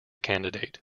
candidate